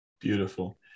Beautiful